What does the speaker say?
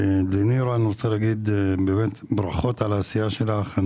לנירה אני רוצה להגיד ברכות על העשייה שלך.